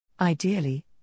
Ideally